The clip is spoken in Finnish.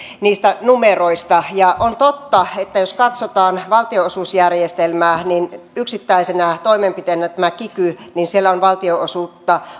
numeroista on totta että jos katsotaan valtionosuusjärjestelmää niin yksittäisenä toimenpiteenä tämä kiky leikkaa valtionosuuksia